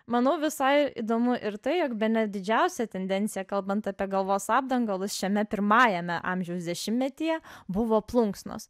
manau visai įdomu ir tai jog bene didžiausia tendencija kalbant apie galvos apdangalus šiame pirmajame amžiaus dešimtmetyje buvo plunksnos